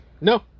No